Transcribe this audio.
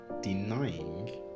denying